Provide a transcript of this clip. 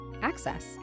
access